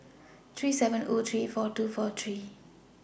three seven O three four two four three